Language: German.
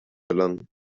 gelangen